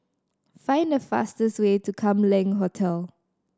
find the fastest way to Kam Leng Hotel